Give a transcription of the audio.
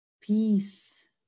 Peace